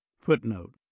Footnote